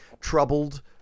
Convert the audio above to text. troubled –